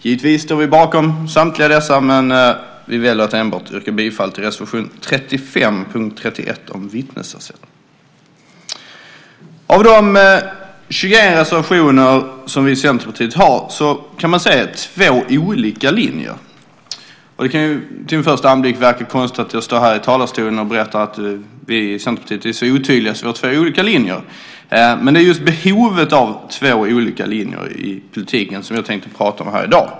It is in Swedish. Givetvis står vi bakom samtliga dessa, men vi väljer att yrka bifall till enbart reservation 35 under punkt 31 om vittnesersättning. I de 21 reservationer som vi i Centerpartiet har finns två olika linjer. Det kan vid en första anblick verka konstigt att jag står här i talarstolen och berättar att vi i Centerpartiet är så otydliga att vi har två olika linjer. Men det är just behovet av två olika linjer i politiken som jag tänkte prata om i dag.